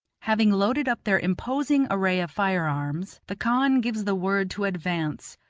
having loaded up their imposing array of firearms, the khan gives the word to advance,